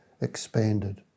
expanded